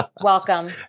Welcome